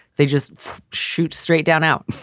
they just shoot straight down out